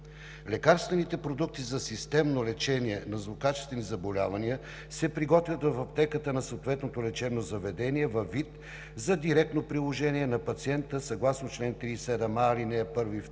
Лекарствените продукти за системно лечение на злокачествени заболявания се приготвят в аптеката на съответното лечебно заведение във вид за директно приложение на пациента съгласно чл. 37а, ал. 1 и 2